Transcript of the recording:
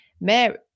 Mary